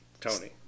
Tony